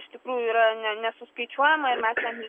iš tikrųjų yra ne nesuskaičiuojama ir mes ten